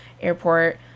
airport